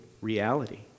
reality